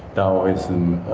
daoism,